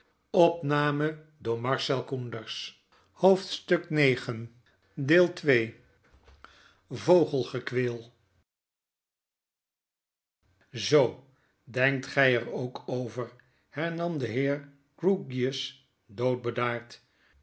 moest zoo denkt gij er ook over hernam de heer